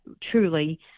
truly